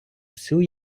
всю